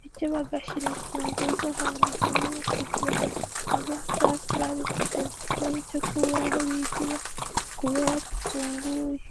bityo bagashira imfunguzo ahantu hamwe kugira ngo zitazatakara bigateza ikibazo cyo kubura aho bigira kubera adafunguye.